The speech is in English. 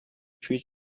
treat